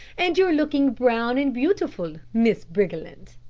and you're looking brown and beautiful, miss briggerland.